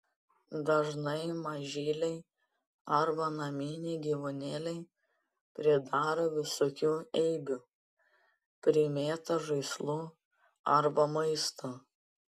dažnai mažyliai arba naminiai gyvūnėliai pridaro visokių eibių primėto žaislų arba maisto